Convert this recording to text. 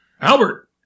Albert